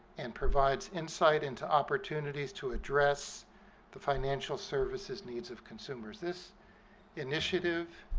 and provides insight into opportunities to address the financial services needs of consumers. this initiative,